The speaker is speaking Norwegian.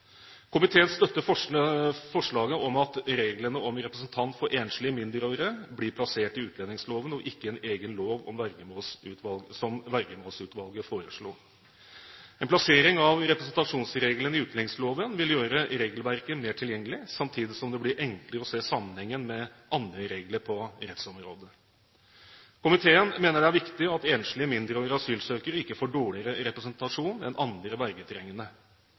Komiteen støtter forslaget om at reglene om representant for enslige, mindreårige blir plassert i utlendingsloven og ikke i en egen lov, som Vergemålsutvalget foreslo. En plassering av representasjonsreglene i utlendingsloven vil gjøre regelverket mer tilgjengelig, samtidig som det blir enklere å se sammenhengen med andre regler på rettsområdet. Komiteen mener det er viktig at enslige, mindreårige asylsøkere ikke får dårligere representasjon enn andre